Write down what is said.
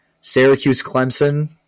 Syracuse-Clemson